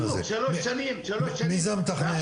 בדיוק שלוש שנים --- מי זה המתכנן?